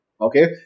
okay